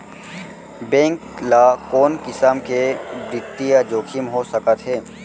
Bank ल कोन किसम के बित्तीय जोखिम हो सकत हे?